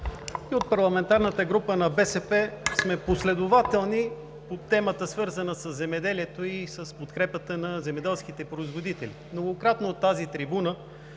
от парламентарната група на БСП сме последователни по темата, свързана със земеделието и с подкрепата на земеделските производители. Многократно от тази трибуна